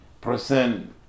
percent